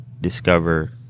discover